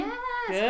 Yes